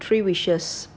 three wishes